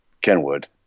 Kenwood